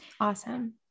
Awesome